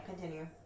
continue